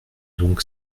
donc